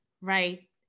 right